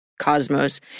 cosmos